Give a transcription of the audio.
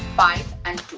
five and